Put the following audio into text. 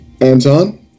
Anton